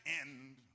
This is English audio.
end